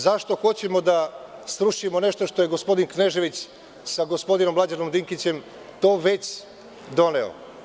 Zašto hoćemo da srušimo nešto što je gospodin Knežević sa gospodinom Mlađanom Dinkićem to već doneo?